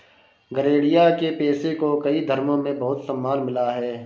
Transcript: गरेड़िया के पेशे को कई धर्मों में बहुत सम्मान मिला है